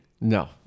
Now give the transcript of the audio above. No